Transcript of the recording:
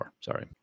Sorry